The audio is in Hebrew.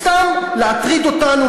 סתם להטריד אותנו,